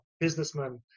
businessman